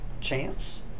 chance